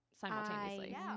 simultaneously